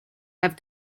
have